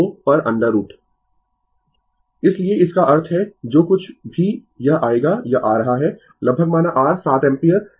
Refer Slide Time 3339 इसलिए इसका अर्थ है जो कुछ भी यह आएगा यह आ रहा है लगभग माना r 7 एम्पीयर